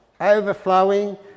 overflowing